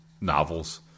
novels